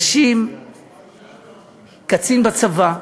קצין בצבא,